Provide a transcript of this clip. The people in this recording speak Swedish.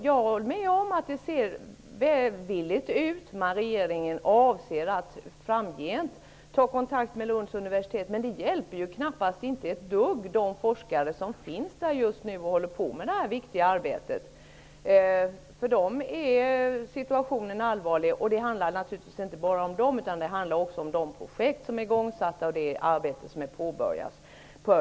Jag håller med om att det ser välvilligt ut att regeringen framgent avser att ta kontakt med Lunds universitet, men det hjälper knappast de forskare som finns där just nu och håller på med det här viktiga arbetet ett dugg. För dem är situationen allvarlig, men det handlar naturligtvis inte bara om dem utan också om de projekt som är igångsatta och det arbete som är påbörjat.